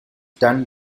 done